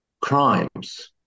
crimes